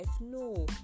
No